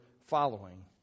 following